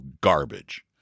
garbage